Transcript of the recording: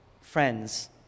friends